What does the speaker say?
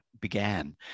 began